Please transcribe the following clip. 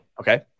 Okay